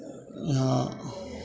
यहाँ